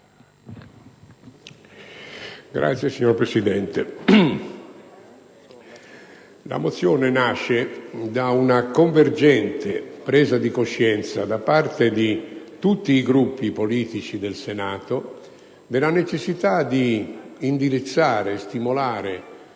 la mozione nasce da una convergente presa di coscienza da parte di tutti i Gruppi politici del Senato della necessità di indirizzare, stimolare,